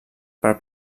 per